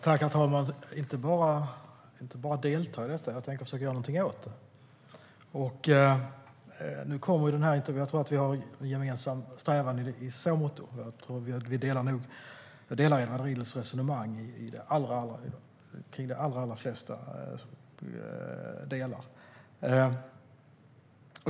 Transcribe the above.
Herr talman! Jag tänker inte bara delta i detta; jag tänker försöka göra någonting åt det. Jag tror att vi har en gemensam strävan i så måtto. Jag delar Edward Riedls resonemang i de allra flesta delar.